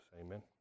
Amen